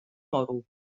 model